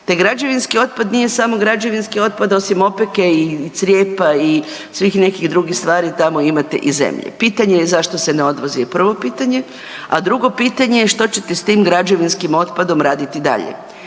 Taj građevinski otpad nije samo građevinski otpad, osim opeke i crijepa i svih nekih drugih stvari tamo imate i zemlje. Pitanje je zašto se ne odvozi je prvo pitanje. A drugo pitanje je što ćete s tim građevinskim otpadom raditi dalje?